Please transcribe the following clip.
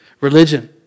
religion